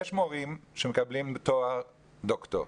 יש מורים שמקבלים תואר דוקטור,